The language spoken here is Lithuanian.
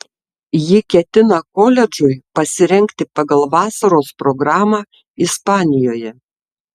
ji ketina koledžui pasirengti pagal vasaros programą ispanijoje